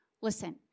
Listen